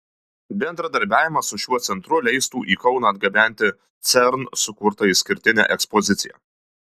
bendradarbiavimas su šiuo centru leistų į kauną atgabenti cern sukurtą išskirtinę ekspoziciją